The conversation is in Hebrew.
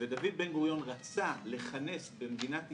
ודוד בן גוריון רצה לכנס במדינת ישראל,